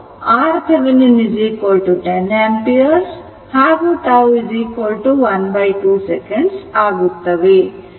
i ∞ 4 RThevenin 10 Ω ಹಾಗೂ τ ½ second ಆಗುತ್ತವೆ